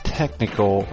technical